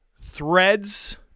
threads